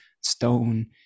stone